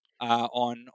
on